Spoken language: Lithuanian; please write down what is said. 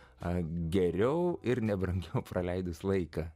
ai geriau ir nebrangiai praleidus laiką